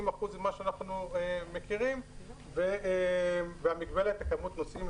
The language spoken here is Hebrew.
אחוזים ממה שאנחנו מכירים והמגבלת על מספר הנוסעים.